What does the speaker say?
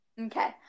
Okay